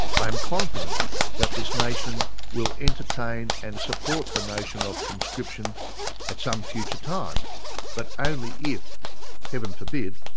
i am confident that this nation will entertain and support the notion of conscription at some future time but only if heaven forbid!